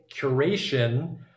curation